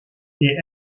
est